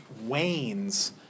wanes